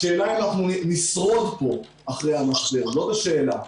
השאלה אם אנחנו נשרוד פה אחרי המשבר, זו השאלה.